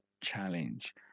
challenge